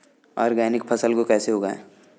Organic फसल को कैसे उगाएँ?